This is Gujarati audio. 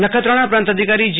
નખત્રાણા પ્રાંત અધિકારી જી